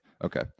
Okay